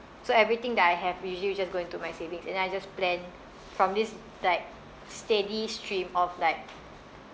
so everything that I have usually will just go into my savings and then I just plan from this like steady stream of like